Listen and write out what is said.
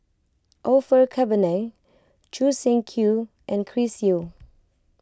Orfeur Cavenagh Choo Seng Quee and Chris Yeo